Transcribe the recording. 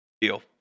Deal